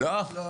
לא.